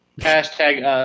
hashtag